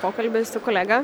pokalbį su kolega